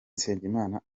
nsengimana